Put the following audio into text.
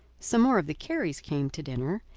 some more of the careys came to dinner,